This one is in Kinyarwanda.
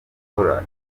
ukora